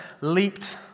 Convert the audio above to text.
leaped